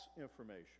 information